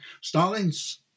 Stalin's